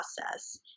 process